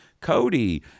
Cody